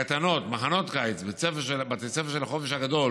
קייטנות, מחנות קיץ, בתי ספר של החופש הגדול